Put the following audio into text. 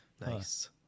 Nice